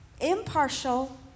impartial